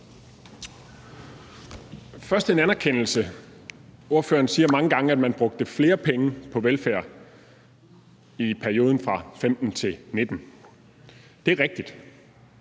Først en anerkendelse: Ordføreren siger mange gange, at man brugte flere penge på velfærd i perioden fra 2015-2019. Det er rigtigt.